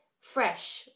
fresh